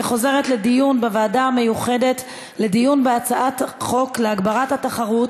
לוועדה המיוחדת לדיון בהצעת חוק להגברת התחרות